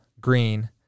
green